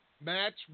match